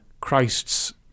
Christ's